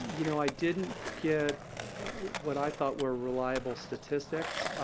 you know, i didn't get what i thought were reliable statistics.